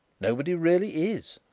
nobody really is.